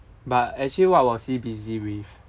but actually what was he busy with